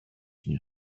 mnie